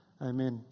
Amen